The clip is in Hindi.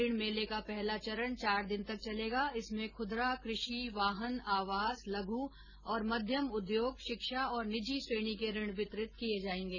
ऋण मेले का पहला चरण चार दिन तक चलेगा इसमें खुदरा कृषि वाहन आवास लघु और मध्यम उद्योग शिक्षा और निजी श्रेणी के ऋण वितरित किए जाएंगे